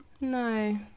No